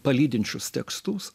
palydinčius tekstus